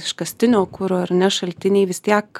iškastinio kuro ar ne šaltiniai vis tiek